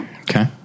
Okay